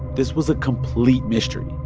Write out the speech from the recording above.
this was a complete mystery.